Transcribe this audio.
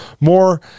more